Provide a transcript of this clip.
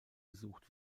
gesucht